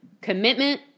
commitment